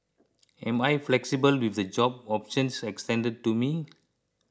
am I flexible with the job options extended to me